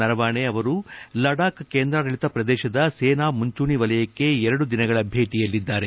ನರವಣೆ ಅವರು ಲಡಾಕ್ ಕೇಂದ್ರಾಡಳಿತ ಪ್ರದೇಶದ ಸೇನಾ ಮುಂಚೂಣಿ ವಲಯಕ್ಕೆ ಎರಡು ದಿನಗಳ ಭೇಟಿಯಲ್ಲಿದ್ದಾರೆ